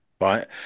right